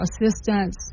assistance